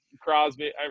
Crosby